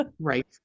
Right